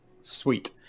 sweet